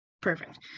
Perfect